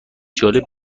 جالب